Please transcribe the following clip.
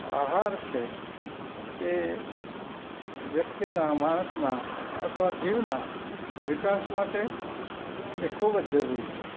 આહાર છે એ વ્યક્તિના માણસના અથવા જીવના વિકાસ માટે એ ખૂબ જ જરૂરી છે